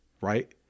right